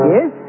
Yes